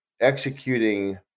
executing